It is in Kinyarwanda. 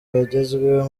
bagezweho